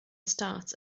start